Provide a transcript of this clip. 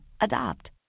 Adopt